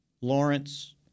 Lawrence